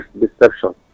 deception